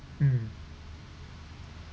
mm